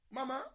Mama